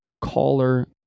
caller